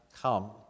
come